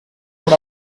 for